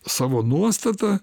savo nuostatą